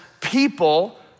people